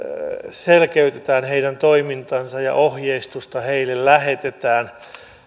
selkeytetään heidän toimintaansa ja ohjeistusta heille lähetetään